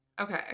Okay